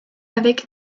avec